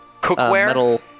Cookware